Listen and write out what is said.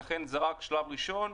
ולכן זה רק שלב ראשון,